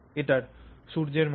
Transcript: এটি সূর্যের মত